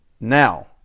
Now